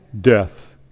death